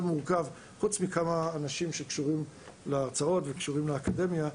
חוץ מכמה אנשים שקשורים להרצאות ולאקדמיה,